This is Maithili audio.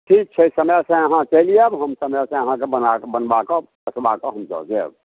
ठीक छै समयसँअहाँ चलि आयब हम समयसँ अहाँके बनबा कऽ हम कसबा कऽ हम दऽ जायब